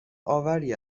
آوری